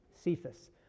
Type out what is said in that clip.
Cephas